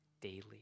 daily